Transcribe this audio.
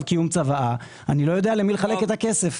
קיום צוואה אני לא יודע למי לחלק את הכסף.